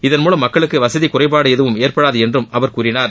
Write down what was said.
இதன் மூலம் மக்களுக்கு வசதி குறைபாடு எதுவும் ஏற்படாது என்றும் அவர் கூறினார்